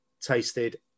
tasted